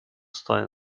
stolen